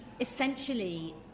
essentially